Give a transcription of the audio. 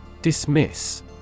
Dismiss